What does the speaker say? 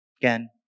Again